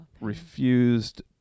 refused